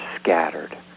scattered